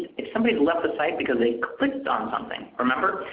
if somebody left the site because they clicked on something. remember?